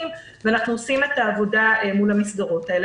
ואנחנו עושים את העבודה מול המסגרות האלה.